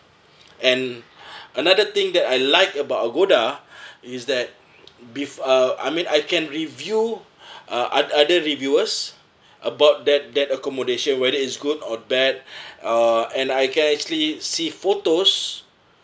and another thing that I like about agoda is that bef~ uh I mean I can review uh ot~ other reviewers about that that accommodation whether it's good or bad uh and I can actually see photos